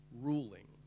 ruling